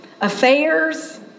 Affairs